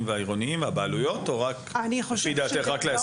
והעירוניים בבעלויות או רק ל-20%?